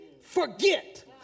forget